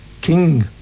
king